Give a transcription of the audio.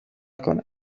کنن